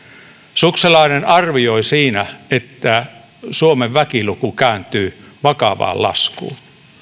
sukselainen arvioi siinä että suomen väkiluku kääntyy vakavaan laskuun